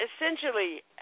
essentially